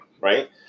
right